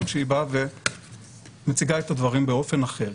שהיא באה ומציגה את הדברים באופן אחר,